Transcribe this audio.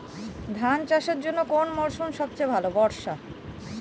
ধান চাষের জন্যে কোন মরশুম সবচেয়ে ভালো?